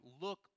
look